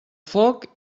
foc